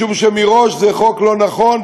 משום שמראש זה חוק לא נכון,